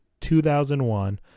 2001